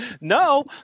no